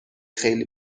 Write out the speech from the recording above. خیلی